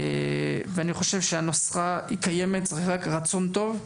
ואני חושב שהנוסחה היא קיימת, צריך רק רצון טוב.